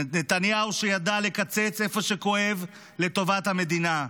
נתניהו שידע לקצץ איפה שכואב לטובת המדינה,